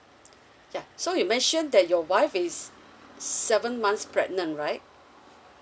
yeah so you mentioned that your wife is seven months pregnant right